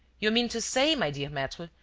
you mean to say, my dear maitre,